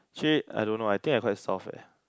shit I don't know I think I quite soft eh